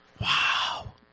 Wow